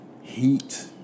heat